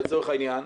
לצורך העניין,